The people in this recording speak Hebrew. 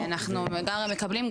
אנחנו לגמרי מקבלים,